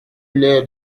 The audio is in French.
l’air